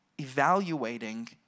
evaluating